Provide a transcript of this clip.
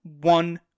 one